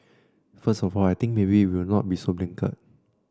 first of all I think maybe we will not be so blinkered